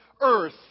earth